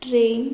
train